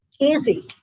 Easy